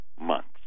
months